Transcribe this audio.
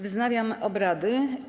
Wznawiam obrady.